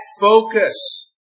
focus